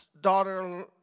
daughter